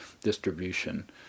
distribution